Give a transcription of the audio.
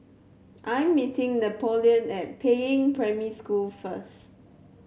I am meeting Napoleon at Peiying Primary School first